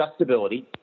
adjustability